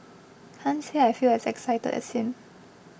can't say I feel as excited as him